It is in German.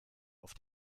auf